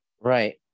right